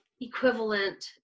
equivalent